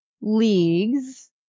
leagues